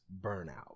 burnout